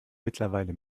mittlerweile